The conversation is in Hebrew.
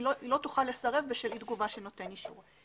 היא לא תוכל לסרב בשל אי תגובה של נותן אישור.